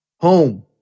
home